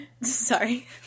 sorry